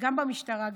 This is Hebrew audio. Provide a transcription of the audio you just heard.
גם במשטרה,